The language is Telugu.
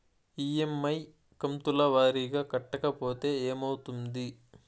ఇ.ఎమ్.ఐ కంతుల వారీగా కట్టకపోతే ఏమవుతుంది?